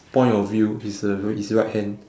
point of view is a is a right hand